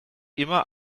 immer